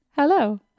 Hello